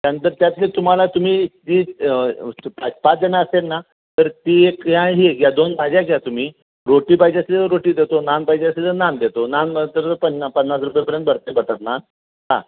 त्यानंतर त्यातही तुम्हाला तुम्ही ती काय पाच जण असतील ना तर ती एक घ्या आणि ही एक घ्या दोन भाज्या घ्या तुम्ही रोटी पाहिजे असेल तर रोटी देतो नान पाहिजे असेल तर नान देतो नान मात्र पन्ना पन्नास रुपयापर्यंत भरते बटर नान हां